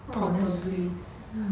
oh that's um